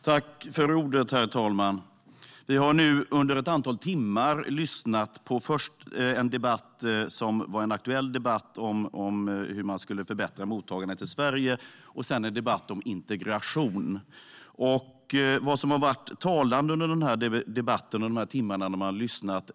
Herr talman! Vi har nu under ett antal timmar lyssnat på dels en aktuell debatt om hur man ska förbättra mottagandet till Sverige, dels en debatt om integration. Något som har varit talande under de här timmarna är att ett löfte har brutits.